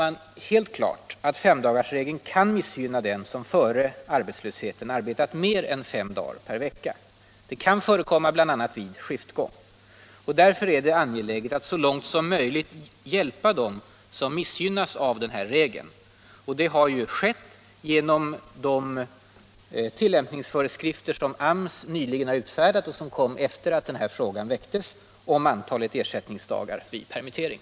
Men det är helt klart att femdagarsregeln kan missgynna den som före arbetslösheten har arbetat mer än fem dagar per vecka. Det kan förekomma bl.a. vid skiftgång. Därför är det angeläget att så långt som möjligt hjälpa dem som missgynnas av denna regel. Och det har ju skett genom de tillämpningsföreskrifter som AMS nyligen har utfärdat och som kom efter framställandet av denna fråga om antalet ersättningsdagar vid permittering.